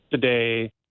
today